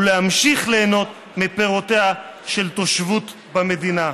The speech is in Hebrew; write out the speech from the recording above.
ולהמשיך ליהנות מפירותיה של תושבות במדינה.